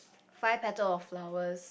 five petal of flowers